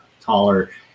taller